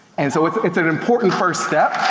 and so it's it's an important first step,